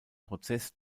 prozess